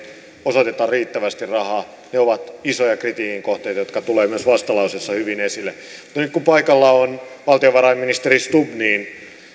osoiteta riittävästi rahaa ovat isoja kritiikin kohteita jotka tulevat myös vastalauseessa hyvin esille mutta nyt kun paikalla on valtiovarainministeri stubb